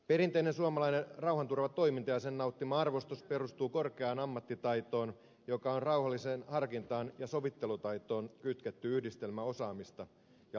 perinteinen suomalainen rauhanturvatoiminta ja sen nauttima arvostus perustuu korkeaan ammattiaitoon joka on rauhalliseen harkintaan ja sovittelutaitoon kytketty yhdistelmä osaamista ja luotettavuutta